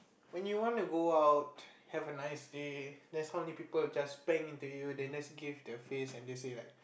when you want to go out have a nice day then suddenly people just bang into you then just give the face and just say like